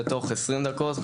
ותוך 20 דקות,